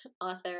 author